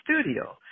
studio